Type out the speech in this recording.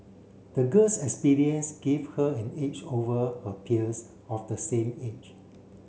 the girl's experience give her an edge over her peers of the same age